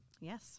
Yes